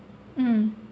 mm